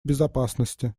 безопасности